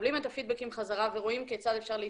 מקבלים את פידבקים חזרה ורואים כיצד אפשר להתקדם.